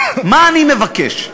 מה אני מבקש,